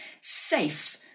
safe